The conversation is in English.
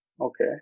Okay